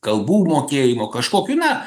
kalbų mokėjimo kažkokių na